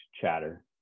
chatter